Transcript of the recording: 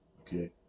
okay